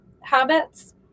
habits